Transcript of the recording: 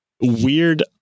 weird